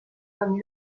camí